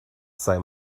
sei